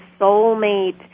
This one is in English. soulmate